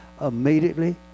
immediately